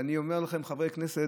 ואני אומר לכם, חברי הכנסת,